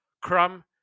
Crumb